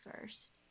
first